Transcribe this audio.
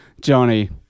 johnny